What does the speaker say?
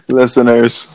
listeners